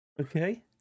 Okay